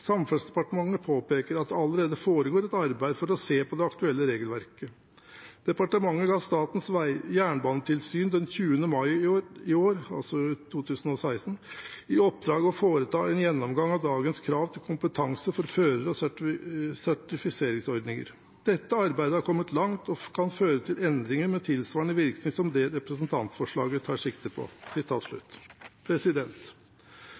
Samferdselsdepartementet påpeker at det allerede foregår et arbeid med å se på det aktuelle regelverket. Departementet ga Statens jernbanetilsyn den 20. mai i år» – altså i 2016 – «i oppdrag å foreta en gjennomgang av dagens krav til kompetanse for førere og sertifiseringsordninger. Dette arbeidet har kommet langt, og kan føre til endringer med tilsvarende virkninger som det representantforslaget tar sikte på.»